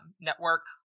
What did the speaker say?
network